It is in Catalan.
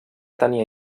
tenia